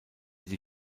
die